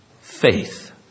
Faith